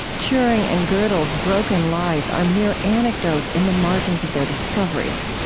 turing and godel's broken lives are mere anecdotes in the margins of their discoveries.